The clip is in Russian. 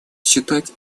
считать